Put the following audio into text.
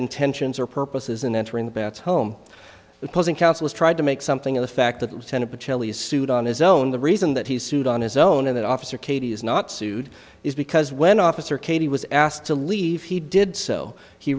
intentions are purposes in entering the bat's home opposing counsel is tried to make something of the fact that the senate is sued on his own the reason that he sued on his own and that officer katie is not sued is because when officer katie was asked to leave he did so he